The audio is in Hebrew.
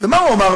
ומה הוא אמר,